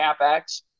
CapEx